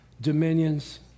dominions